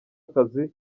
akazi